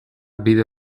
bide